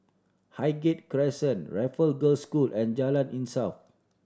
Hqighgate Crescent Raffle Girls' School and Jalan Insaf